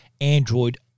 Android